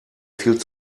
viel